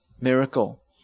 miracle